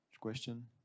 Question